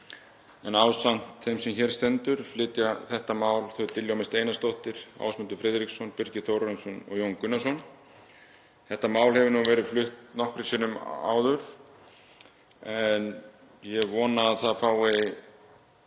Ásamt þeim sem hér stendur flytja þetta mál hv. þm. Diljá Mist Einarsdóttir, Ásmundur Friðriksson, Birgir Þórarinsson og Jón Gunnarsson. Þetta mál hefur verið flutt nokkrum sinnum áður en ég vona að það fái